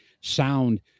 sound